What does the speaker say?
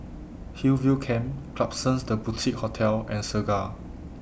Hillview Camp Klapsons The Boutique Hotel and Segar